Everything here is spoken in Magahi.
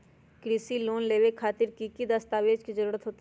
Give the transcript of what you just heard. कृषि लोन लेबे खातिर की की दस्तावेज के जरूरत होतई?